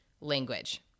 language